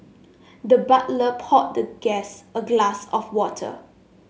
the butler poured the guest a glass of water